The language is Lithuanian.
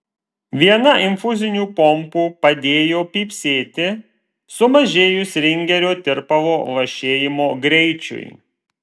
viena infuzinių pompų padėjo pypsėti sumažėjus ringerio tirpalo lašėjimo greičiui